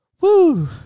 Woo